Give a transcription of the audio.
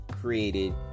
created